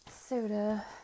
soda